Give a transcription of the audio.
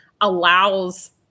allows